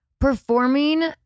performing